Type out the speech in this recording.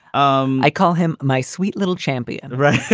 um i call him my sweet little champion. right.